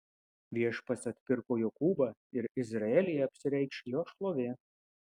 viešpats atpirko jokūbą ir izraelyje apsireikš jo šlovė